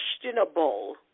questionable